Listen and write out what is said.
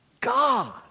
God